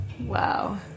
Wow